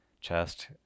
chest